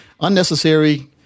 unnecessary